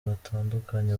batandukanye